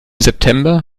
september